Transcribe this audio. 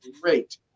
great